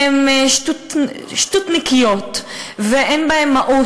הן שטותניקיות ואין בהן מהות.